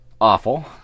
awful